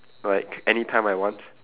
like anytime I want